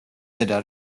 ზედა